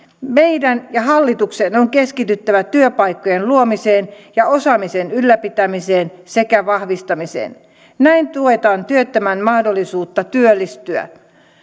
meidän ja hallituksen on keskityttävä työpaikkojen luomiseen ja osaamisen ylläpitämiseen sekä vahvistamiseen näin tuetaan työttömän mahdollisuutta työllistyä